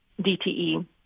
DTE